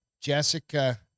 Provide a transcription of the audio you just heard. Jessica